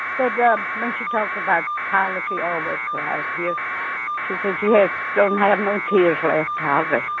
but yeah when she talks about tyler she always cries. yeah she says she ah she don't have no tears left ah but